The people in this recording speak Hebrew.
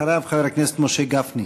אחריו, חבר הכנסת משה גפני.